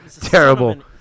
Terrible